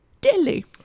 Delhi